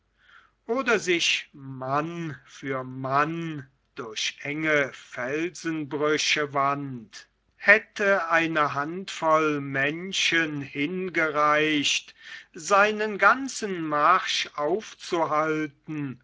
oder sich mann für mann durch enge felsenbrüche wand hätte eine handvoll menschen hingereicht seinen ganzen marsch aufzuhalten